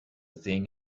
thing